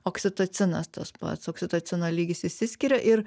oksitocinas tas pats oksitocino lygis išsiskiria ir